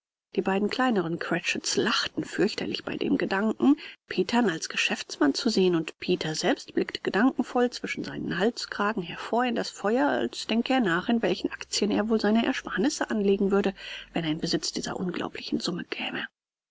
die beiden kleinen cratchits lachten fürchterlich bei dem gedanken petern als geschäftsmann zu sehen und peter selbst blickte gedankenvoll zwischen seinen halskragen hervor in das feuer als denke er nach in welchen aktien er wohl seine ersparnisse anlegen würde wenn er in besitz dieser unglaublichen summe käme